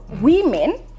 women